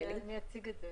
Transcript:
אני אציג את זה.